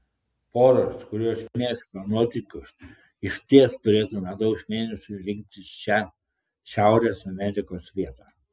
poros kurios mėgsta nuotykius išties turėtų medaus mėnesiui rinktis šią šiaurės amerikos vietą